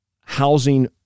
housing